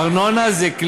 בוודאי.